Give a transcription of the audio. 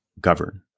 govern